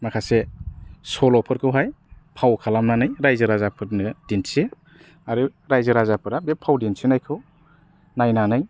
माखासे सल'फोरखौहाय फाव खालामनानै रायजो राजाफोरनो दिन्थियो आरो रायजो राजाफोरा बे फाव दिन्थिनायखौ नायनानै